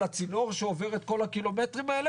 לצינור שעובר את כל הקילומטרים האלה?